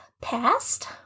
past